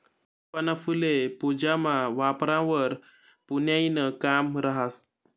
चंपाना फुल्ये पूजामा वापरावंवर पुन्याईनं काम रहास